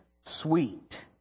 sweet